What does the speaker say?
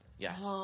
Yes